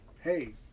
hey